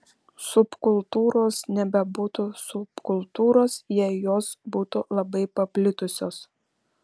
subkultūros nebebūtų subkultūros jei jos būtų labai paplitusios